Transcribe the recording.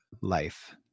life